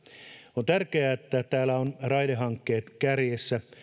on tärkeää että täällä ovat raidehankkeet kärjessä